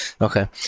Okay